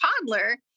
toddler